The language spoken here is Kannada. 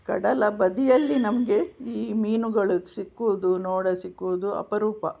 ಕಡಲ ಬದಿಯಲ್ಲಿ ನಮಗೆ ಈ ಮೀನುಗಳು ಸಿಕ್ಕುವುದು ನೋಡ ಸಿಕ್ಕುವುದು ಅಪರೂಪ